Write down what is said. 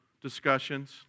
discussions